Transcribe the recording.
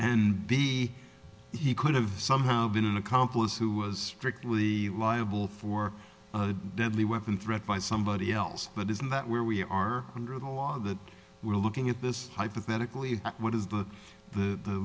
and be he could have somehow been an accomplice who was strictly liable for a deadly weapon threat by somebody else but isn't that where we are under the law that we're looking at this hypothetically what is the the